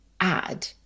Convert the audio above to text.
add